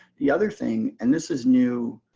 the other thing, and this is new